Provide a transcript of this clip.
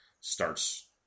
starts